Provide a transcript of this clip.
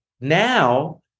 now